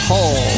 Hall